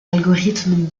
algorithme